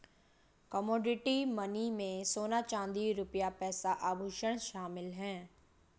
commodity money में सोना चांदी रुपया पैसा आभुषण शामिल है